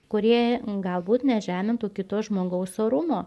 kurie galbūt nežemintų kito žmogaus orumo